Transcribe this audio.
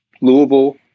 Louisville